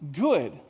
good